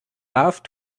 love